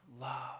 love